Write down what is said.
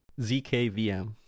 zkvm